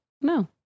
No